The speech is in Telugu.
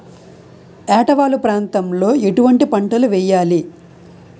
ఏటా వాలు ప్రాంతం లో ఎటువంటి పంటలు వేయాలి?